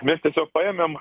mes tiesiog paėmėm